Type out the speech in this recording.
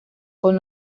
con